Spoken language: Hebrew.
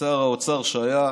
שר האוצר שהיה